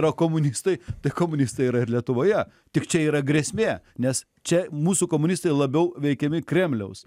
yra komunistai tai komunistai yra ir lietuvoje tik čia yra grėsmė nes čia mūsų komunistai labiau veikiami kremliaus